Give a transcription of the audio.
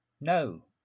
no